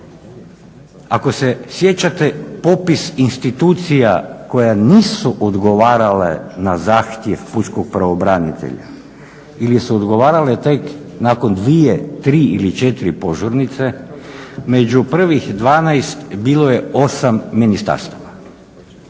Ako se sjećate popis institucija koje nisu odgovarale na zahtjev pučkog pravobranitelja ili su odgovarale tek nakon dvije, tri ili četiri požurnice, među prvih 12 bilo je 8 ministarstava.